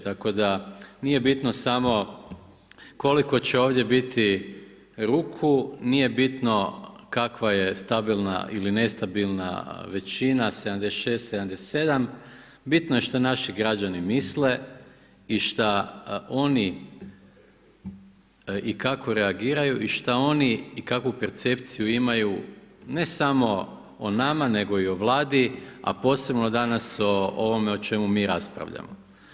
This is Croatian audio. Tako da nije bitno samo koliko će ovdje biti ruku, nije bitno kakva je stabilna ili nestabilna većina 76, 77, bitno je šta naši građani misle i šta oni i kako reagiraju i šta oni i kako percepciju imaju ne samo o nama nego i o Vladi a posebno danas o ovome o čemu mi raspravljamo.